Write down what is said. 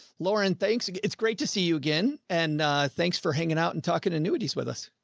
lauren, thanks. it's great to see you again and thanks for hanging out and talking to new cities with us.